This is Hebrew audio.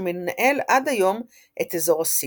שמנהל עד היום את אזור הסיטי.